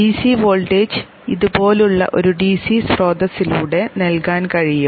DC voltage ഇതുപോലുള്ള ഒരു DC സ്രോതസ്സിലൂടെ നൽകാൻ കഴിയും